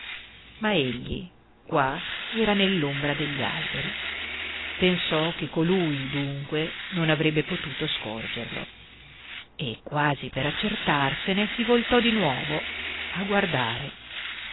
ma egli qua era nell'ombra degli alberi pensò che colui dunque non avrebbe potuto scorgerlo e quasi per accertarsene si voltò di nuovo a guardare